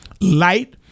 Light